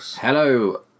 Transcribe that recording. Hello